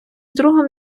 другом